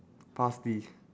parsley